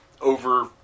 over